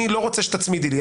אני לא רוצה שתצמידי לי,